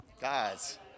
guys